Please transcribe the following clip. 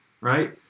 Right